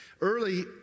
Early